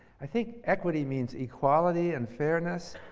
i think equity means equality and fairness,